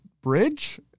Bridge